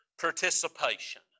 participation